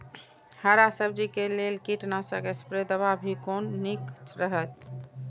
हरा सब्जी के लेल कीट नाशक स्प्रै दवा भी कोन नीक रहैत?